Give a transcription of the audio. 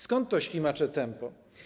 Skąd to ślimacze tempo?